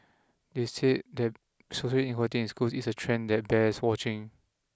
they said that social inequality in schools is a trend that bears watching